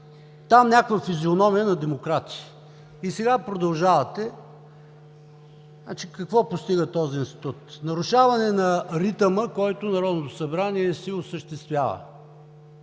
някаква физиономия на демократи. И сега продължавате. Какво постига този институт? Нарушаване на ритъма, който се осъществява